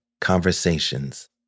conversations